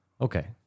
Okay